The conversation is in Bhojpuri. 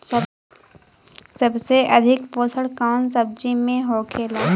सबसे अधिक पोषण कवन सब्जी में होखेला?